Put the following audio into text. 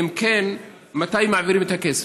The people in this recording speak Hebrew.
2. אם כן, מתי מעבירים את הכסף?